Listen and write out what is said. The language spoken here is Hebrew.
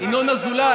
רגע,